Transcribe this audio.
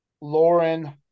Lauren